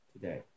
today